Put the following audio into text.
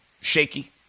shaky